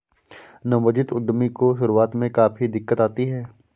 नवोदित उद्यमी को शुरुआत में काफी दिक्कत आती है